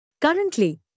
Currently